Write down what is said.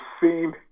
scene